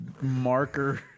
marker